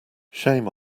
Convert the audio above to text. shame